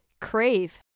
crave